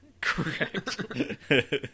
Correct